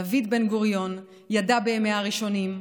דוד בן-גוריון ידע בימיה הראשונים,